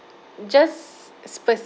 just